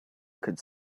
could